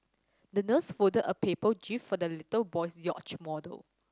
the nurse folded a paper jib for the little boy's yacht model